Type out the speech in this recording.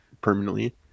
permanently